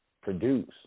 produce